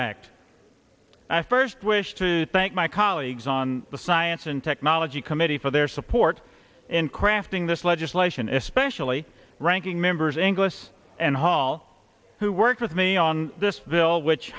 act i first wish to thank my colleagues on the science and technology committee for their support in crafting this legislation especially ranking members inglis and hall who worked with me on this